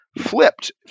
flipped